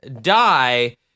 die